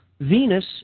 Venus